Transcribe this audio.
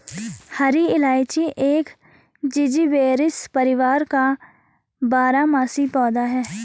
हरी इलायची एक जिंजीबेरेसी परिवार का एक बारहमासी पौधा है